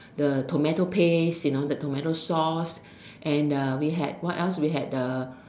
the tomato paste you know the tomato sauce and the we had what else we had the